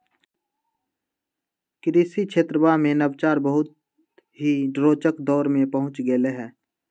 कृषि क्षेत्रवा में नवाचार बहुत ही रोचक दौर में पहुंच गैले है